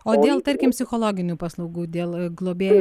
o dėl tarkim psichologinių paslaugų dėl globėjų